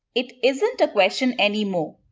it isn't a question any more.